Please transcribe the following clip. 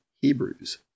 Hebrews